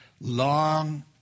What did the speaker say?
Long